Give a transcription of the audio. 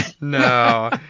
no